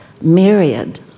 myriad